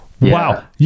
Wow